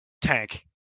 tank